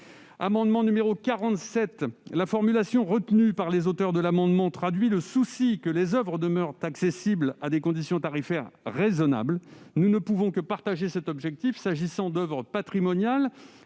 l'amendement n° 47, la formulation retenue par ses auteurs traduit le souci que les oeuvres demeurent accessibles à des conditions tarifaires raisonnables. Nous ne pouvons que partager cet objectif s'agissant d'oeuvres patrimoniales.